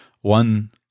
One